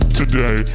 today